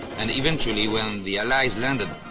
and eventually, when the allies landed,